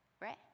right